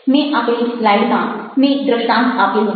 મેં આપેલી સ્લાઈડમાં મેં દ્રષ્ટાન્ત આપેલું છે